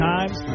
Times